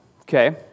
okay